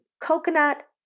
coconut